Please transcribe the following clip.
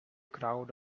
crowd